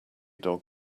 dog